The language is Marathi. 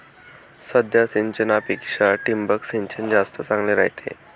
साध्या सिंचनापेक्षा ठिबक सिंचन जास्त चांगले रायते